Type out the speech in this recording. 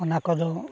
ᱚᱱᱟ ᱠᱚᱫᱚ